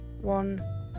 one